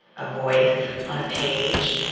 a voice on a page,